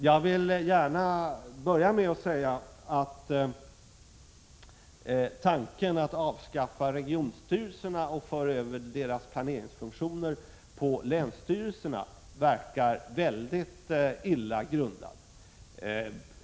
Jag vill gärna säga att tanken att avskaffa regionstyrelserna och föra över deras planeringsfunktioner på länsstyrelserna verkar väldigt illa grundad.